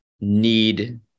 need